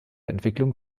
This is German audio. entwicklung